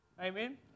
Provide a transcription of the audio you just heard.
Amen